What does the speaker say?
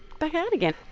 back out again.